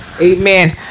Amen